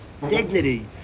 Dignity